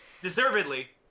deservedly